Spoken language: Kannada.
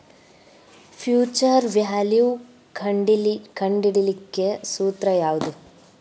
ಫ್ಯುಚರ್ ವ್ಯಾಲ್ಯು ಕಂಢಿಡಿಲಿಕ್ಕೆ ಸೂತ್ರ ಯಾವ್ದು?